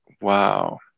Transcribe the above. wow